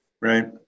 Right